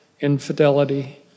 infidelity